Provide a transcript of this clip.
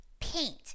Paint